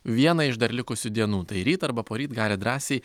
vieną iš dar likusių dienų tai ryt arba poryt galit drąsiai